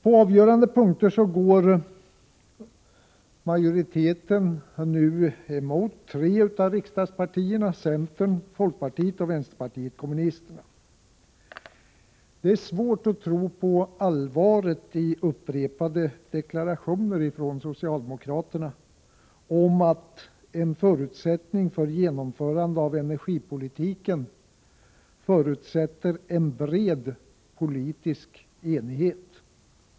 På avgörande punkter går majoriteten nu emot tre av riksdagspartierna — centern, folkpartiet och vänsterpartiet kommunisterna. Det är svårt att tro på allvaret i upprepade deklarationer från socialdemokraterna om att en förutsättning för genomförande av energipolitiken förutsätter en bred politisk enighet.